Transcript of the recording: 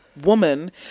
Woman